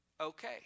okay